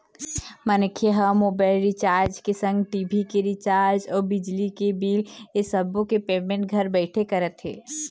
मनखे ह mobile recharge के संग टी.भी के रिचार्ज अउ बिजली के बिल ऐ सब्बो के पेमेंट घर बइठे करत हे